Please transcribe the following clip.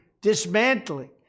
dismantling